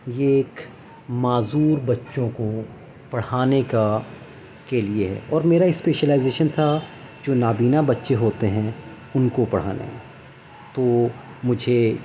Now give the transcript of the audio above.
یہ ایک معذور بچوں کو پڑھانے کا کے لیے ہے اور میرا اسپیشلائیزیشن تھا جو نابینا بچے ہوتے ہیں ان کو پڑھانے میں تو مجھے